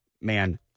man